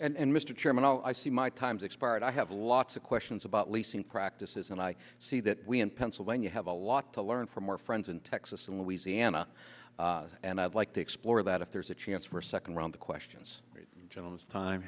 and mr chairman i see my time's expired i have lots of questions about leasing practices and i see that we in pennsylvania have a lot to learn from our friends in texas and louisiana and i'd like to explore that if there's a chance for a second round of questions gentleman's time